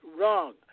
wrong